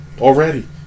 already